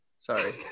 sorry